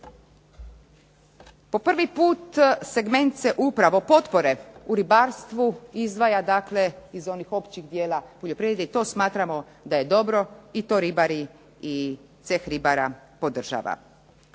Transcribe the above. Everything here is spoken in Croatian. Po prvi puta segment potpore upravo u ribarstvu izdvaja iz onih općih dijela poljoprivrede. I to smatramo da je dobro i Ceh ribara to podržava.